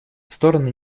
стороны